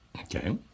Okay